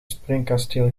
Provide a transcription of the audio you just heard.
springkasteel